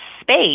space